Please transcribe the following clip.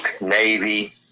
Navy